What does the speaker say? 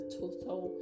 total